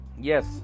yes